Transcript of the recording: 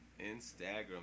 Instagram